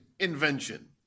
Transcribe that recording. invention